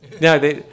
No